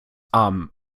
arm